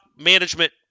management